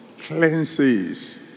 cleanses